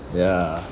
ya